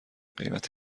قیمت